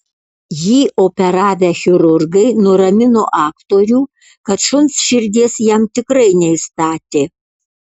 jį operavę chirurgai nuramino aktorių kad šuns širdies jam tikrai neįstatė